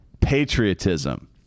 patriotism